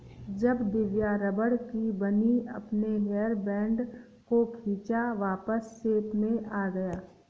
जब दिव्या रबड़ की बनी अपने हेयर बैंड को खींचा वापस शेप में आ गया